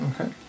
Okay